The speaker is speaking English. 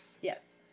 Yes